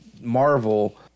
Marvel